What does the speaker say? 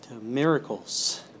miracles